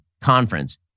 conference